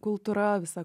kultūra visa